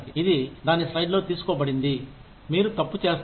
ఇది దాని స్ట్రైడ్లో తీసుకోబడింది మీరు తప్పు చేస్తారు